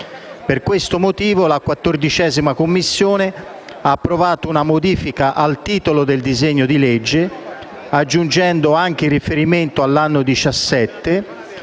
Per questo motivo la 14a Commissione ha approvato una modifica al titolo del disegno di legge, aggiungendo anche il riferimento all'anno 2017,